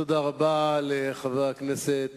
תודה רבה לחבר הכנסת